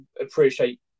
appreciate